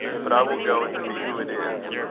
but i will go and see who it is.